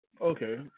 Okay